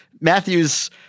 Matthews